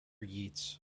yeats